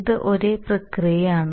ഇത് ഒരേ പ്രക്രിയയാണ്